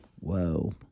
whoa